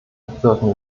wirken